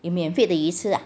有免费的鱼吃啊